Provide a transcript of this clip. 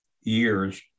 years